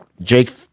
Jake